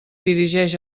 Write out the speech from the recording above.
dirigeix